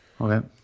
okay